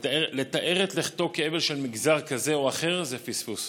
לתאר את לכתו כאבל של מגזר כזה או אחר זה פספוס.